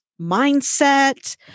mindset